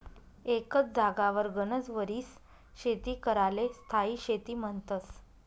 एकच जागावर गनच वरीस शेती कराले स्थायी शेती म्हन्तस